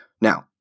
Now